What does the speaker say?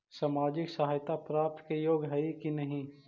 सामाजिक सहायता प्राप्त के योग्य हई कि नहीं?